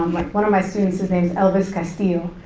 um like one of my students' and name is elvis castillo,